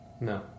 No